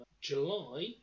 July